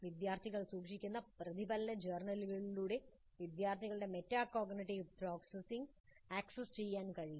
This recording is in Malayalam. വിദ്യാർത്ഥികൾ സൂക്ഷിക്കുന്ന പ്രതിഫലന ജേർണലുകളിലൂടെ വിദ്യാർത്ഥികളുടെ മെറ്റാകോഗ്നിറ്റീവ് പ്രോസസ്സിംഗ് ആക്സസ് ചെയ്യാൻ കഴിയും